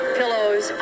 pillows